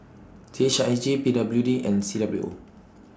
C H I J P W D and C W O